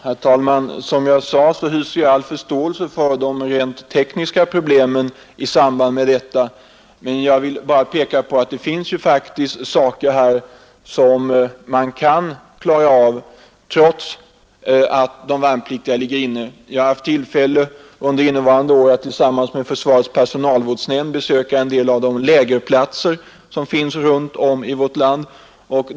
Herr talman! Som jag sade hyser jag all förståelse för de rent tekniska problemen i samband med detta, men jag vill bara peka på att det faktiskt finns saker som man kan klara av samtidigt som de värnpliktigas utbildning fortsätter. Jag har under innevarande år haft tillfälle att tillsammans med försvarets personalvårdsnämnd besöka några av de lägerplatser som finns runtom i värt land.